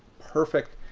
perfect.